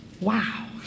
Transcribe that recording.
wow